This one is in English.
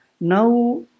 now